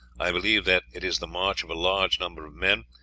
i believe that it is the march of a large number of men,